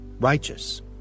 righteous